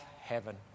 heaven